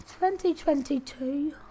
2022